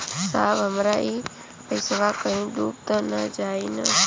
साहब हमार इ पइसवा कहि डूब त ना जाई न?